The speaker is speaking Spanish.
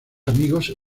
amigos